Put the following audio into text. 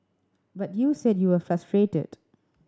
but you said you were frustrated